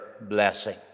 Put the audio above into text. blessing